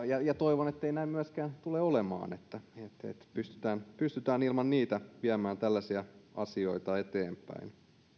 ja ja toivon ettei näin myöskään tule olemaan että pystytään pystytään ilman niitä viemään tällaisia asioita eteenpäin